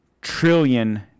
trillion